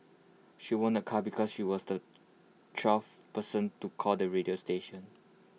she won A car because she was the twelfth person to call the radio station